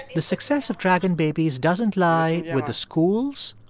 the success of dragon babies doesn't lie with the schools,